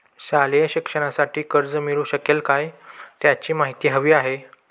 शालेय शिक्षणासाठी कर्ज मिळू शकेल काय? याची माहिती हवी आहे